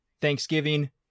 Thanksgiving